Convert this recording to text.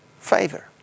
favor